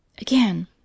Again